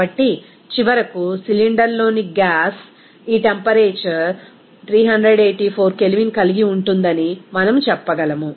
కాబట్టి చివరకు సిలిండర్లోని గ్యాస్ ఈ టెంపరేచర్ 384 K కలిగి ఉంటుందని మనము చెప్పగలం